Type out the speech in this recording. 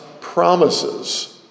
promises